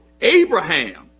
Abraham